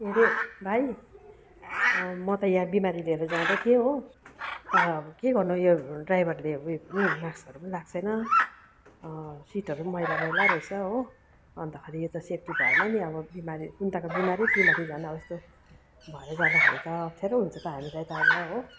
के अरे भाइ म त यहाँ बिमारी लिएर जाँदै थिएँ हो तर अब के गर्नु यो ड्राइभरले माक्सहरू पनि लगाएको छैन सिटहरू पनि मैला मैला मैला रहेछ हो अन्तखेरि यो त सेफ्टी भएन नि अब बिमारी कुन्ताको बिमारी त्यसमाथि झन अब यस्तो भएर जाँदाखेरि त अफ्ठ्यारो हुन्छ हामीलाई त अब हो